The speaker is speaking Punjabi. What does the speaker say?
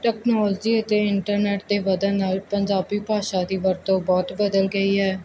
ਟਕਨੋਲਜੀ ਅਤੇ ਇੰਟਰਨੈਟ ਦੇ ਵਧਣ ਨਾਲ ਪੰਜਾਬੀ ਭਾਸ਼ਾ ਦੀ ਵਰਤੋਂ ਬਹੁਤ ਬਦਲ ਗਈ ਹੈ